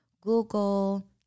Google